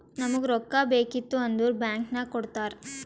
ನಮುಗ್ ರೊಕ್ಕಾ ಬೇಕಿತ್ತು ಅಂದುರ್ ಬ್ಯಾಂಕ್ ನಾಗ್ ಕೊಡ್ತಾರ್